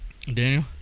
Daniel